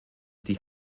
die